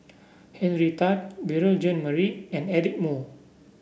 Henry Tan Beurel Jean Marie and Eric Moo